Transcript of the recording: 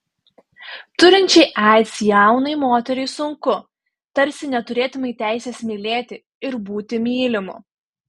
turinčiai aids jaunai moteriai sunku tarsi neturėtumei teisės mylėti ir būti mylimu